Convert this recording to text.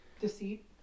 Deceit